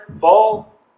fall